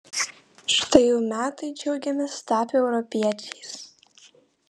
štai jau metai džiaugiamės tapę europiečiais